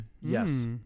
Yes